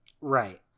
right